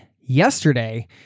yesterday